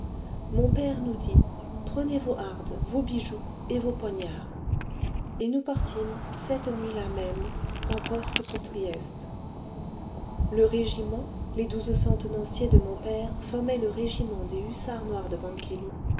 mon père nous dit prenez vos hardes vos bijoux et vos poignards et nous partîmes cette nuit-là même en poste pour trieste le régiment les douze cents tenanciers de mon père formaient le régiment des hussards noirs de